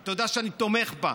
אתה יודע שאני תומך בה,